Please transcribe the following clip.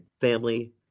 family